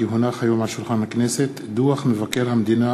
כי הונח היום של שולחן הכנסת דוח מבקר המדינה